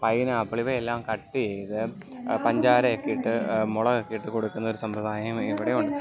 pineapple ഇവയെല്ലാം cut ചെയ്ത് പഞ്ചാരയെക്കെയിട്ട് മുളകൊക്കെയിട്ട് കൊടുക്കുന്ന ഒരു സമ്പ്രദായം ഇവിടെ ഉണ്ട്